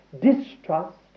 distrust